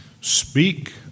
Speak